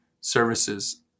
services